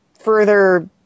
further